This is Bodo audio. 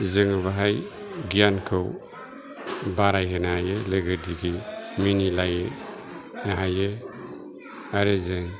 जोङो बाहाय गियानखौ बारायहोनो हायो लोगो दिगि मिनिलायनो हायो आरो जों